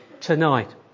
tonight